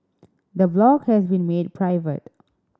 the blog has been made private